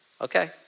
okay